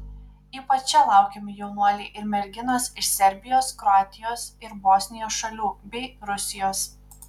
ypač čia laukiami jaunuoliai ir merginos iš serbijos kroatijos ir bosnijos šalių bei rusijos